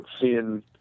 seeing